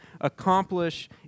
accomplish